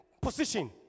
position